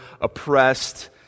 oppressed